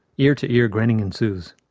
ear to ear grinning ensues.